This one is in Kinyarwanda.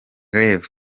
rev